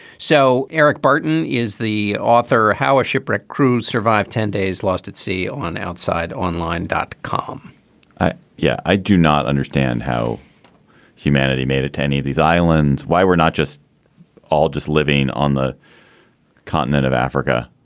so eric barton is the author. how a shipwreck cruise survived ten days lost at sea on outside. online dot com yeah. i do not understand how humanity made it to any of these islands. why? we're not just all just living on the continent of africa.